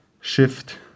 shift